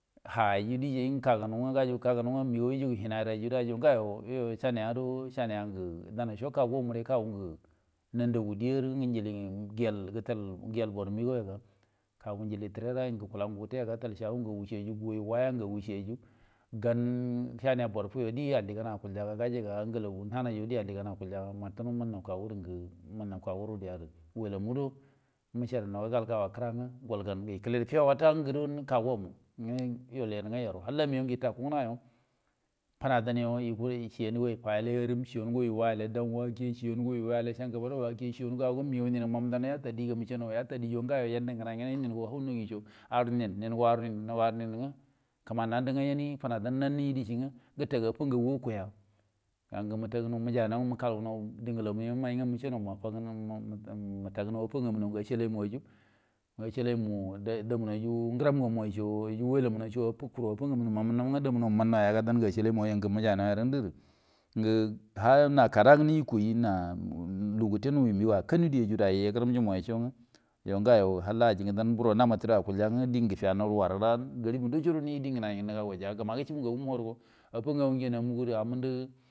Ha ayyu deciey ngwə kagamu gangu kanuga ngəa gaw yujugu hənanrə ayrə day yu gawo yoyu sanoya ya ga, saniya guro saniya ngə dauce kagu gəre kagan ngə nandagu dieya njilingə gəyel gətal, gəyel boru məgaw ya ga kaga njieli targaga ngə gukulangu gəte ga gatal shago ngagu cieyyu, duwi waya gagu cieyyu gan saniya boru fuyo die alligan akulja ga gajanga amgalagu nahamay yo die alligan akulja ga martəno mannaw kagu gərə ngə mannaw kagu rudə ya ya gərə, welemu guro məsəadanga gal gawa kəra ngwə gar yə kelerə fuwo wata mugu ro kagu mu ngwo yual yan ngwə yaru halla məgaw ngo yəta kunguayo fəradanna yugun ciean go yəfay alay araom, cieyango yəwe alay danwake, ciengo yəwi cəngəba dawake, ngwə məgaw ninna mədannaw rə yata diega məce yatadie, yo gawo yanne ngnay ngnay ngwə hau na guico aru nin, ningo aru nin, ngwə kəman nandə ngwə fənadan nan nəji diecie ngwə gəta gə affa ngagu go kuya, ga ngə məjaunaw ngwə mo ka gərraw dəngəllamu yəmay ngwə məcenaw məfagənaw, mafagə affa nganu ayygo acelaymu ayrə, acelay mu damunnaw rə ngəram ngamu ayrə wela mu ayco, kuru affa ngamunaw manənnaw ngwə məmanaw mannaw yaga dangə acelaymu, mjaunau yarə ngundə gərə, ha yo ha kada ngə nəji kuwi, lugu gəte nuwi malgaw akanu dieyyu diey, yagəram yu muyay co ngwə yuo gawa haka aji gə dau muru namatu gərə akulji ngwə die gə gədayannaw rə warara ngaribu daco guro nəji di ngnay, ngnay nəga gowya ga, gəma gəcobu ngagu mu rago affa ngagu gyen amugu gərə amundə.